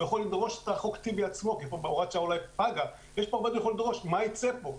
הוא יכול לדרוש את "חוק טיבי" עצמו --- מה ייצא פה?